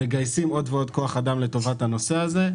מגייסים עוד ועוד כוח אדם לטובת הנושא הזה.